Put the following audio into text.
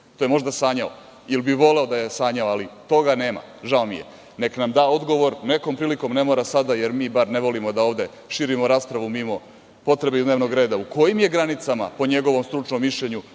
To je možda sanjao ili bi voleo da je sanjao, ali toga nema, žao mi je. Neka nam da odgovor nekom prilikom, ne mora sada, jer mi ne volimo da širimo raspravu mimo potrebe i dnevnog reda.U kojim je granicama po njegovom stručnom mišljenju